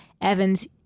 evans